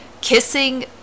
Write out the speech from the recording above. kissing